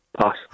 Pass